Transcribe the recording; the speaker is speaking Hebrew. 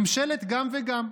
ממשלת גם וגם.